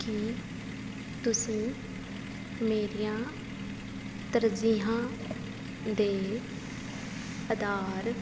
ਕੀ ਤੁਸੀਂ ਮੇਰੀਆਂ ਤਰਜੀਹਾਂ ਦੇ ਅਧਾਰ